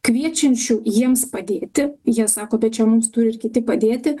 kviečiančių jiems padėti jie sako bet čia mums turi ir kiti padėti